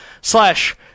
slash